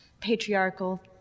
patriarchal